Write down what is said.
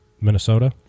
Minnesota